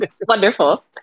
wonderful